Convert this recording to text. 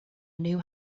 new